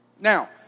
Now